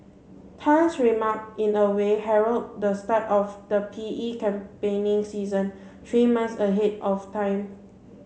tan's remark in a way herald the start of the P E campaigning season three months ahead of time